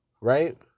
right